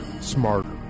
smarter